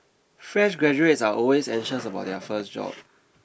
fresh graduates are always anxious about their first job